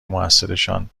موثرشان